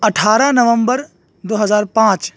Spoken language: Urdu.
اٹھارہ نومبر دو ہزار پانچ